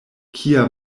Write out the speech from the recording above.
kia